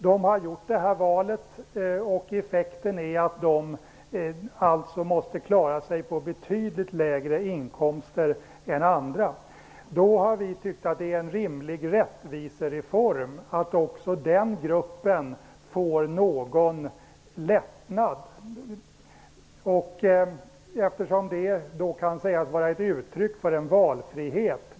De har gjort detta val, och effekten är att de måste klara sig på betydligt lägre inkomster än andra. Vi har tyckt att det är en rimlig rättvisereform att också denna grupp får någon lättnad. Det kan sägas vara ett uttryck för en valfrihet.